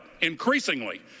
increasingly